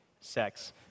Sex